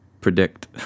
predict